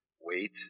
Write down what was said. wait